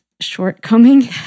shortcoming